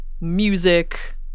music